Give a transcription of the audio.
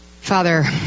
Father